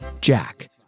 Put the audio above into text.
Jack